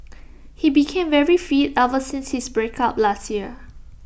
he became very fit ever since his breakup last year